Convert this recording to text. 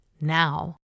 now